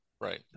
Right